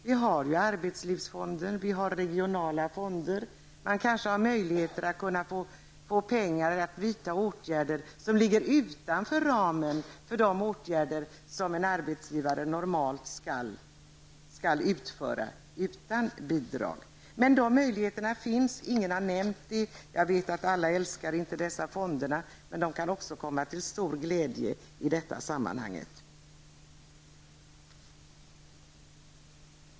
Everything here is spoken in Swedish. Vi har ju arbetslivsfonden och det finns regionala fonder där man kanske har möjlighet att få pengar för att vidta åtgärder som ligger utanför ramen för de åtgärder som en arbetsgivare normalt skall utföra utan bidrag. Dessa möjligheter finns. Ingen har nämnt det. Jag vet att inte alla älskar dessa fonder, men de kan också komma till stor glädje i detta sammanhang.